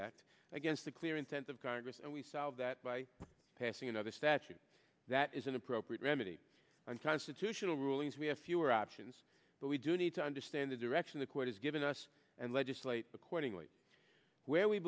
act against the clear intent of congress and we solve that by passing another statute that is an appropriate remedy unconstitutional rulings we have fewer options but we do need to understand the direction the court has given us and legislate accordingly where we